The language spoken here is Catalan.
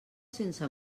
sense